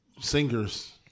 singers